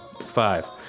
five